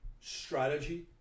strategy